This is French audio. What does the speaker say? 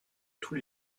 tous